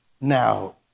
Now